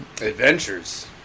Adventures